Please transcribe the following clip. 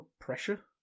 pressure